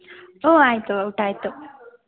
ಹ್ಞೂ ಆಯಿತು ಊಟ ಆಯಿತು